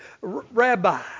Rabbi